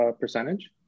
percentage